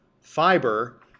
fiber